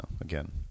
again